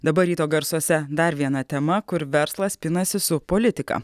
dabar ryto garsuose dar viena tema kur verslas pinasi su politika